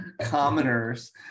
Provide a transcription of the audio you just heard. Commoners